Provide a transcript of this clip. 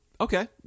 okay